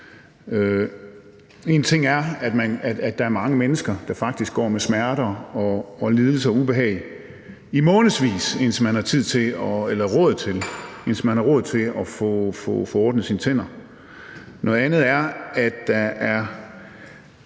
En ting er, at der er mange mennesker, der faktisk går med smerter og lidelser og ubehag i månedsvis, indtil man har råd til at få ordnet sine tænder. Noget andet er, at der er